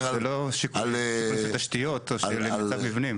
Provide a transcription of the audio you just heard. מצב המבנים.